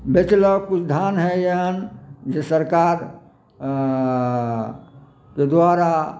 बेचलक कुछ धान है एहन जे सरकार के द्वारा